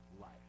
life